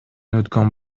өткөн